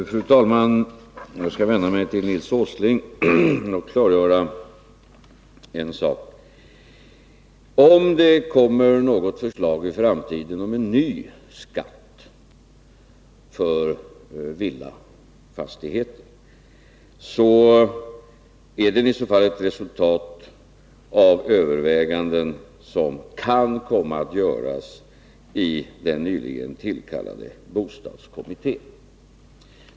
Fru talman! Jag skall vända mig till Nils Åsling och klargöra en sak. Om det i framtiden framläggs något förslag om en ny skatt för villafastigheter, är det i så fall ett resultat av överväganden som kan komma att göras i den nyligen tillkallade bostadskommittén.